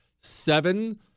Seven